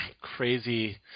crazy